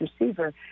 receiver